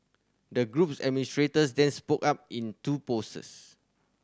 the group's administrators then spoke up in two poses